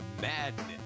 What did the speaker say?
Madness